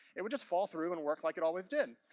it would just fall through and work like it always did.